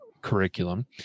curriculum